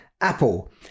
Apple